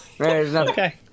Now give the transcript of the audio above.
Okay